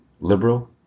liberal